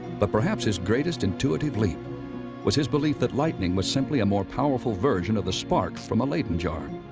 but perhaps his greatest intuitive leap was his belief that lightning was simply a more powerful version of the spark from a leyden jar.